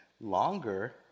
longer